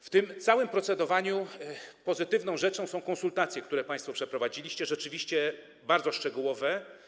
W tym całym procedowaniu pozytywną rzeczą są konsultacje, które państwo przeprowadziliście, rzeczywiście bardzo szczegółowe.